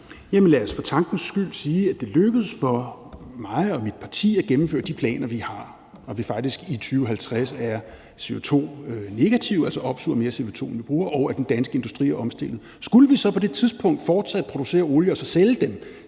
lad os for tankens skyld sige, at det lykkes for mig og mit parti at gennemføre de planer, vi har, og at vi faktisk i 2050 er CO2-negative, altså at vi opsuger mere CO2, end vi bruger, og at den danske industri er omstillet. Skulle vi så på det tidspunkt fortsat producere olie og så sælge